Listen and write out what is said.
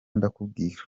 ndakubwira